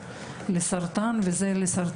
לפי נתוני משרד הבריאות,